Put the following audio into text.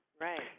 right